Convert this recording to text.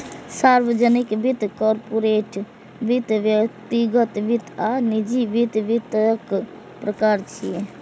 सार्वजनिक वित्त, कॉरपोरेट वित्त, व्यक्तिगत वित्त आ निजी वित्त वित्तक प्रकार छियै